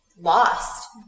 lost